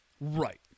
Right